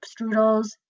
strudels